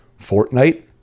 Fortnite